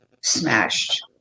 smashed